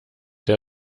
der